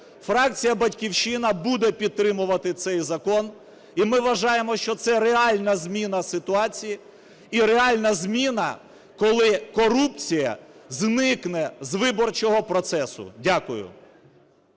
Фракція "Батьківщина" буде підтримувати цей закон. І ми вважаємо, що це реальна зміна ситуації і реальна зміна, коли корупція зникне з виборчого процесу. Дякую.